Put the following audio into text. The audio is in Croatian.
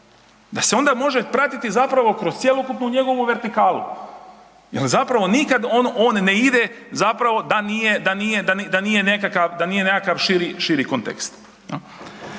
da se onda može pratiti kroz cjelokupnu njegovu vertikalu jer on nikada on ne ide da nije nekakav širi kontekst.